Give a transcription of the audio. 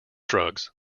drugs